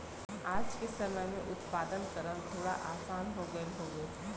आज के समय में उत्पादन करल थोड़ा आसान हो गयल हउवे